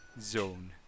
zone